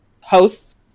hosts